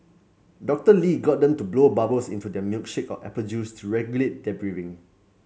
Doctor Lee got them to blow bubbles into their milkshake or apple juice to regulate their breathing